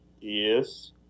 Yes